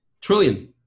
trillion